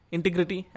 Integrity